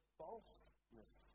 falseness